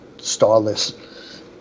starless